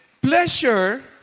Pleasure